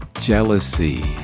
jealousy